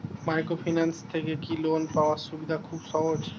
Microfinance থেকে কি loan পাওয়ার সুবিধা খুব সহজ?